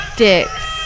dicks